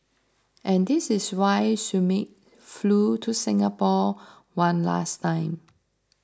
and this is why Schmidt flew to Singapore one last time